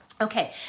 Okay